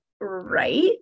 right